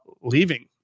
leaving